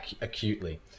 acutely